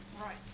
Right